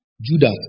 Judas